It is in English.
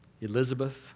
Elizabeth